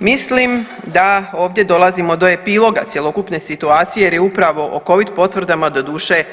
Mislim da ovdje dolazimo do epiloga cjelokupne situacije jer je upravo o Covid potvrdama doduše